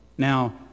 Now